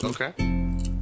Okay